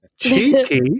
Cheeky